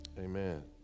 Amen